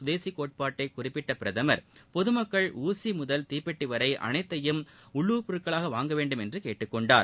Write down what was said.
குதேசிகோட்பாட்டைகுறிப்பிட்டபிரதமர் அரவிந்தரின் பொதுமக்கள் ஊசிமுதல் மீ தீப்பெட்டிவரைஅனைத்தையும் உள்ளூர் பொருட்களாகவாங்கவேண்டும் என்றுகேட்டுக்கொண்டார்